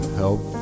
help